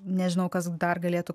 nežinau kas dar galėtų